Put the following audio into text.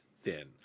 thin